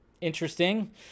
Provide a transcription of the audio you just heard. Interesting